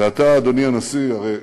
ואתה, אדוני הנשיא, הרי